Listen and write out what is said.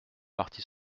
parti